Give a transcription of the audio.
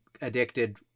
addicted